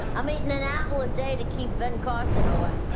i'm eating an apple a day to keep ben carson away